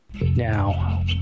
now